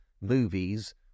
movies